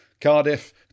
Cardiff